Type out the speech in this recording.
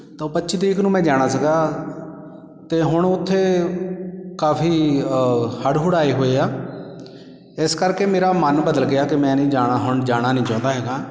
ਤਾਂ ਪੱਚੀ ਤਰੀਕ ਨੂੰ ਮੈਂ ਜਾਣਾ ਸੀਗਾ ਅਤੇ ਹੁਣ ਉੱਥੇ ਕਾਫੀ ਹੜ੍ਹ ਹੁੜ੍ਹ ਆਏ ਹੋਏ ਆ ਇਸ ਕਰਕੇ ਮੇਰਾ ਮਨ ਬਦਲ ਗਿਆ ਕਿ ਮੈਂ ਨਹੀਂ ਜਾਣਾ ਹੁਣ ਜਾਣਾ ਨਹੀਂ ਚਾਹੁੰਦਾ ਹੈਗਾ